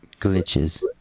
glitches